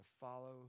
follow